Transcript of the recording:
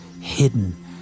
hidden